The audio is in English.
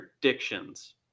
predictions